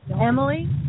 Emily